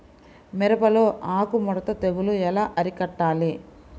మిరపలో ఆకు ముడత తెగులు ఎలా అరికట్టాలి?